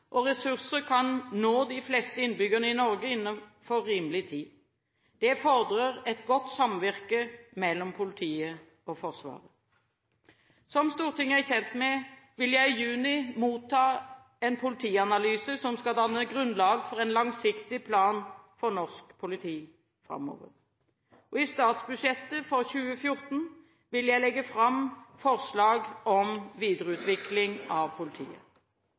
og ressurser kan nå de fleste innbyggere i Norge innenfor rimelig tid. Det fordrer et godt samvirke mellom politiet og Forsvaret. Som Stortinget er kjent med, vil jeg i juni motta en politianalyse som skal danne grunnlag for en langsiktig plan for norsk politi framover. I statsbudsjettet for 2014 vil jeg legge fram forslag om videreutvikling av politiet.